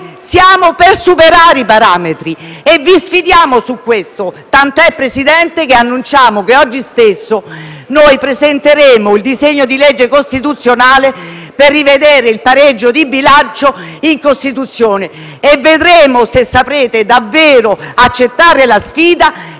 siamo per superare i parametri e vi sfidiamo su questo, tant'è, signor Presidente, che annunciamo che oggi stesso noi presenteremo un disegno di legge costituzionale per rivedere il pareggio di bilancio in Costituzione; e vedremo se saprete davvero accettare la sfida,